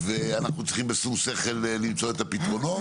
ואנחנו צריכים בשום שכל למצוא את הפתרונות.